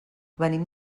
venim